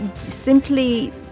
simply